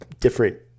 different